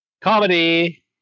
Comedy